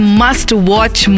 must-watch